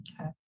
Okay